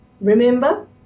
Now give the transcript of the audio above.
remember